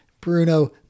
Bruno